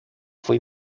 fue